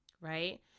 Right